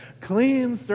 Clean